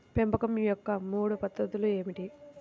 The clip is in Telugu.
పెంపకం యొక్క మూడు పద్ధతులు ఏమిటీ?